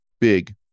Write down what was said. big